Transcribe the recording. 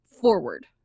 forward